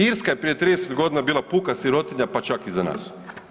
Irska je prije 30 godina bila puka sirotinja, pa čak i za nas.